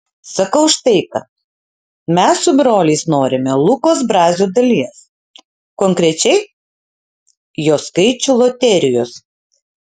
sakau štai ką mes su broliais norime lukos brazio dalies konkrečiai jo skaičių loterijos